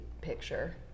picture